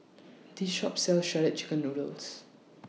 This Shop sells Shredded Chicken Noodles